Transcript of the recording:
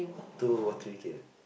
two or three kill